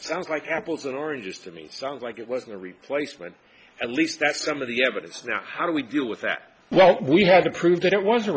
sounds like apples and oranges to me sounds like it was a replacement at least that's some of the evidence now how do we deal with that well we had to prove that it was a